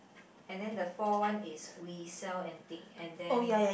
and then the fourth one is we sell antique and then